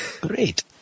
Great